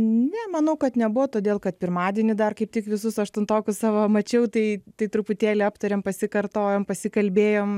ne manau kad nebuvo todėl kad pirmadienį dar kaip tik visus aštuntokus savo mačiau tai tai truputėlį aptarėm pasikartojom pasikalbėjom